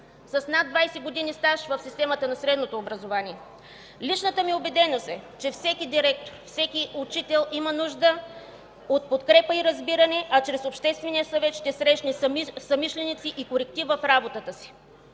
с над 20 години стаж в системата на средното образование. Личната ми убеденост е, че всеки директор, всеки учител има нужда от подкрепа и разбиране, а чрез Обществения съвет ще срещне съмишленици и коректив в работата си.